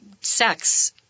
sex